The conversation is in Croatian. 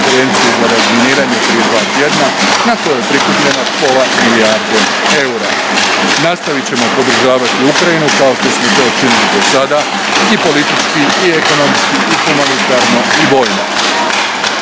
za razminiranje prije 2 tjedna na kojoj je prikupljeno pola milijarde eura. Nastavit ćemo podržavati Ukrajinu kao što smo to činili do sada i politički i ekonomski i humanitarno i vojno.